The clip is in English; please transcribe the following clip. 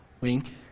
Wink